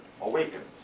awakens